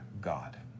God